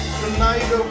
tonight